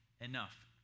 enough